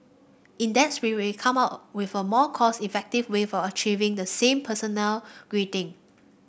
in that spirit we've come up with a more cost effective way of achieving the same personnel greeting